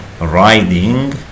riding